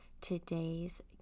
today's